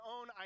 own